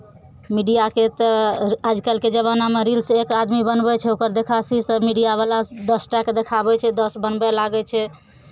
मीडियाके तऽ आजकलके जमानामे रील्स एक आदमी बनबै छै ओकर देखासी सभ मीडियावला दस टाकेँ देखाबै छै दस बनबय लागै छै